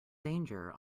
danger